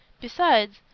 Besides